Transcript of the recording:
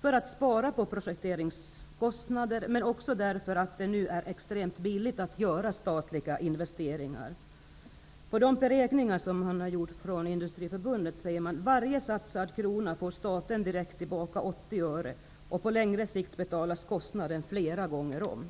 för att spara på projekteringskostnader, dels för att det nu är extremt billigt att göra statliga investeringar. De beräkningar som Industriförbundet har gjort visar att staten för varje satsad krona får tillbaka 80 öre. På längre sikt betalas kostnaden flera gånger om.